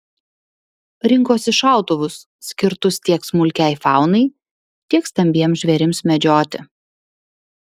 rinkosi šautuvus skirtus tiek smulkiai faunai tiek stambiems žvėrims medžioti